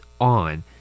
on